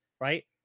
right